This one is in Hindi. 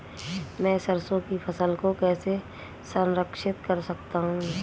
मैं सरसों की फसल को कैसे संरक्षित कर सकता हूँ?